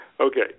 Okay